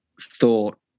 thought